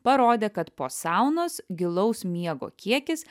parodė kad po saunos gilaus miego kiekis